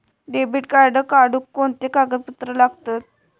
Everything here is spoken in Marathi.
डेबिट कार्ड काढुक कोणते कागदपत्र लागतत?